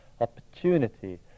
opportunity